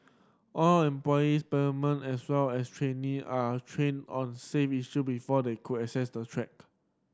all employees permanent as well as trainee are trained on safe issue before they could access the track